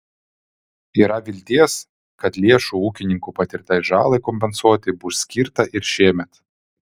yra vilties kad lėšų ūkininkų patirtai žalai kompensuoti bus skirta ir šiemet